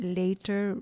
later